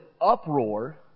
uproar